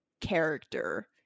character